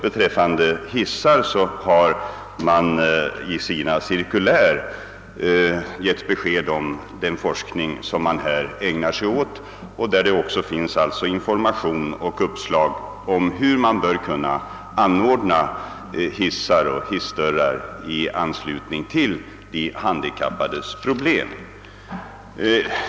Beträffande hissar har man i sina cirkulär gett besked om den forskning som man ägnar sig åt. Där finns också information och uppslag rörande hur hissar och hissdörrar bör kunna anordnas med tanke på de handikappades problem.